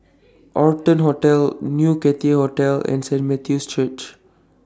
Arton Hotel New Cathay Hotel and Saint Matthew's Church